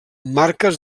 marques